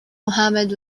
mohammad